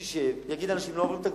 שישב, יגיד לאנשים: לא עוברים את הגבול.